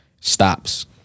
stops